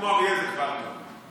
כמו אריה זה כבר טוב.